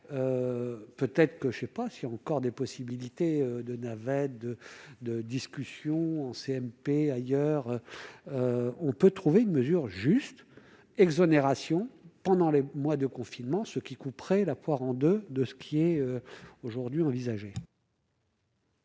peut-être que je ne sais pas s'il y a encore des possibilités de navettes de de discussion en CMP, ailleurs on peut trouver une mesure juste exonération pendant les mois de confinement, ce qui couperait la poire en 2, de ce qui est aujourd'hui envisagée.